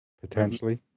potentially